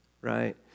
right